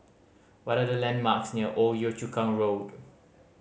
what are the landmarks near Old Yio Chu Kang Road